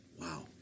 Wow